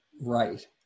right